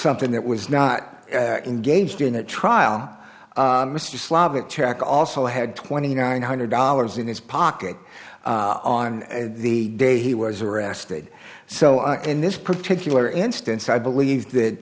something that was not engaged in a trial on mr slavic check also had twenty nine hundred dollars in his pocket on the day he was arrested so in this particular instance i believe